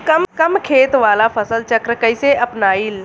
कम खेत वाला फसल चक्र कइसे अपनाइल?